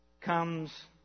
comes